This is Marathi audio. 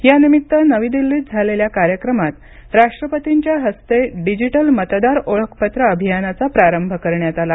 या निमित्त नवी दिल्लीत झालेल्या कार्यक्रमात राष्ट्रपतींच्या हस्ते डिजिटल मतदार ओळखपत्र अभियानाचा प्रारंभ करण्यात आला